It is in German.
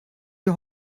wir